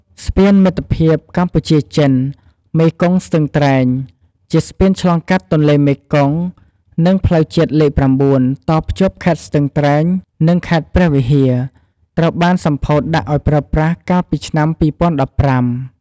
ស្ពានមិត្តភាពកម្ពុជា-ចិន មេគង្គស្ទឹងត្រែង ជាស្ពានឆ្លងកាត់ទន្លេមេគង្គ និងផ្លូវជាតិលេខ៩ តភ្ជាប់ខេត្តស្ទឹងត្រែង និងខេត្តព្រះវិហារ ត្រូវបានសម្ពោធដាក់ឲ្យប្រើប្រាស់ កាលពីឆ្នាំ២០១៥។